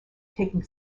taking